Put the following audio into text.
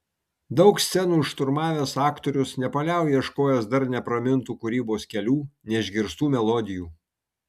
daug scenų šturmavęs aktorius nepaliauja ieškojęs dar nepramintų kūrybos kelių neišgirstų melodijų